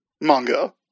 manga